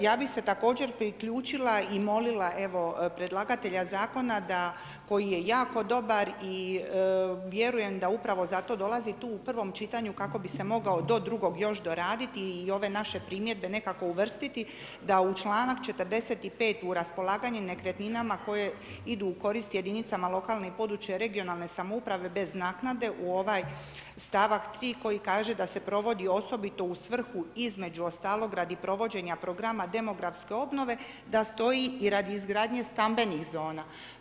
Ja bih se također priključila i molila predlagatelja zakona koji je jako dobar i vjerujem da upravo zato dolazi tu u prvom čitanju kako bi se mogao do drugog još doraditi i ove naše primjedbe nekako uvrstiti da u članak 45. u raspolaganje nekretninama koje idu u korist jedinicama lokalne i područne (regionalne) samouprave bez naknade u ovaj stavak 3. koji kaže da se provodi osobito u svrhu između ostalog radi provođenja programa demografske obnove da stoji i radi izgradnje stambenih zona.